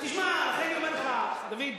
תשמע, אני אומר לך, דוד,